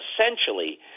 essentially